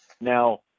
Now